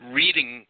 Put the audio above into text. reading